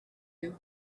you